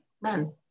men